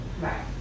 Right